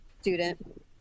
student